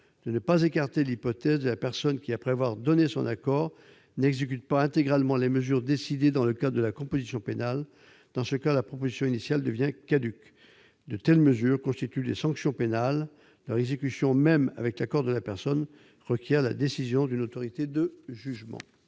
de ne pas écarter l'hypothèse de la personne qui, après avoir donné son accord, n'exécute pas intégralement les mesures décidées dans le cadre de la composition pénale. Dans ce cas, la proposition initiale devient caduque. De telles mesures constituent des sanctions pénales. Leur exécution, même avec l'accord de la personne, requiert la décision d'une autorité de jugement.